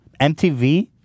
MTV